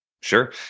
Sure